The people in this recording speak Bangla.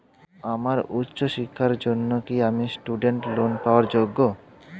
আমার উচ্চ শিক্ষার জন্য কি আমি স্টুডেন্ট লোন পাওয়ার যোগ্য?